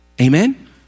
Amen